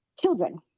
children